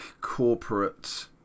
corporate